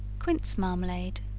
quince marmalade.